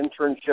internship